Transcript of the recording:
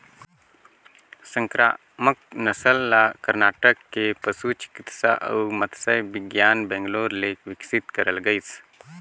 संकरामक नसल ल करनाटक के पसु चिकित्सा अउ मत्स्य बिग्यान बैंगलोर ले बिकसित करल गइसे